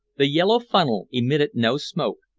the yellow funnel emitted no smoke,